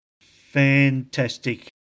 Fantastic